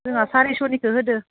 जोंहा सारिस'निखौ होदों